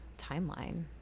timeline